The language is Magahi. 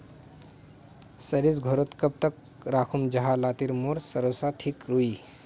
सरिस घोरोत कब तक राखुम जाहा लात्तिर मोर सरोसा ठिक रुई?